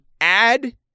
add